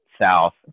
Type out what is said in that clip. south